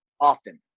often